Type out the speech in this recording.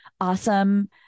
awesome